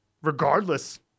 regardless